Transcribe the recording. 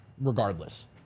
regardless